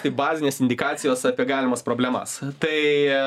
tai bazinės indikacijos apie galimas problemas tai